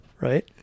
Right